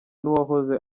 n’uwahoze